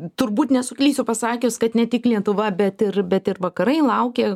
turbūt nesuklysiu pasakius kad ne tik lietuva bet ir bet ir vakarai laukė